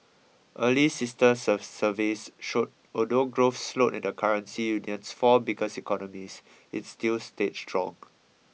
early sister of surveys showed although growth slowed in the currency union's four biggest economies it still stayed strong